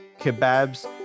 Kebabs